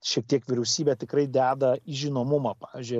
šiek tiek vyriausybė tikrai deda į žinomumą pavyzdžiui